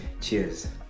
cheers